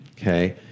Okay